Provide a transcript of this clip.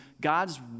God's